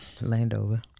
Landover